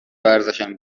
ورزشم